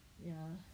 ya